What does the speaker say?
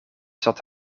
zat